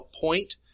point